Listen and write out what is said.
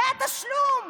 זה התשלום.